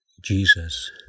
Jesus